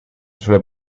suele